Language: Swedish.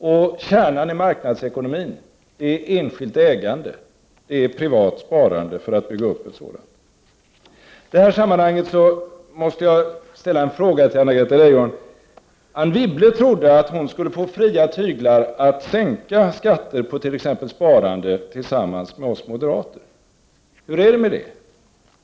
Och kärnan i marknadsekonomin är enskilt ägande och privat sparande i syfte att bygga upp det enskilda ägandet. I detta sammanhang måste jag ställa en fråga till Anna-Greta Leijon. Anne Wibble trodde att hon skulle få fria tyglar för att tillsammans med oss moderater genomföra sänkningar av skatter på t.ex. sparande. Hur är det med detta?